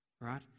right